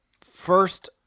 first